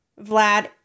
Vlad